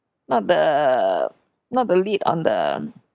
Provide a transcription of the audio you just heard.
not the not the lid on the